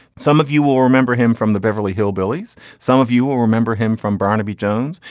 some of you will remember him from the beverly hillbillies. some of you will remember him from barnaby jones.